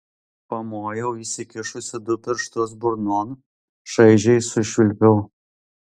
pamojau įsikišusi du pirštus burnon šaižiai sušvilpiau